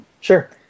Sure